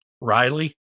Riley